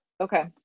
Okay